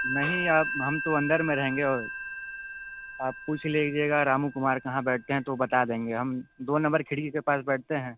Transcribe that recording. नहीं अब हम तो अंदर में रहेंगे और आप पूछ लीजिएगा रामू कुमार कहाँ बैठते हैं तो बता देंगे हम दो नंबर खिड़की के पास बैठते हैं